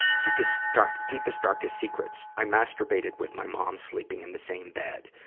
deekest, ah deepest, darkest secrets i masturbated with my mom sleeping in the same bed.